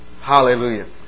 Hallelujah